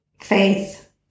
Faith